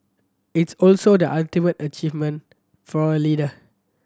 it's also the ultimate achievement for a leader